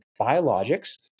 biologics